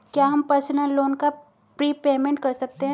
क्या हम personal loan का प्रीपेमेंट कर सकते हैं?